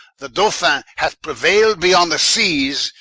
the dolphin hath preuayl'd beyond the seas,